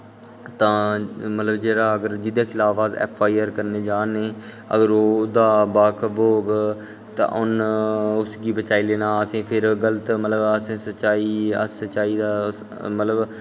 तां मतलब जेह्दै पर अस ऐफ्फ आई आर करने जा करने अगर ओह्दा बाकब होग तां उन्न उसगी बचाई लैना अस सचाई दा मतलब